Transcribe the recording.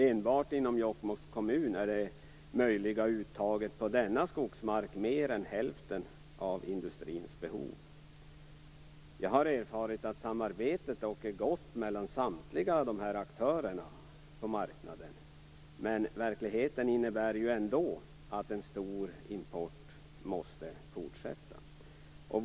Enbart inom Jokkmokks kommun utgör det möjliga uttaget på skogsmarken mer än hälften av industrins behov. Jag har erfarit att samarbetet dock är gott mellan samtliga aktörer på marknaden. Men verkligheten innebär ju ändå en fortsatt stor import.